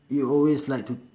you always like to